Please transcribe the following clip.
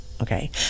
okay